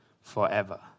forever